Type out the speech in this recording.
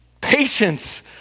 patience